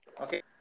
Okay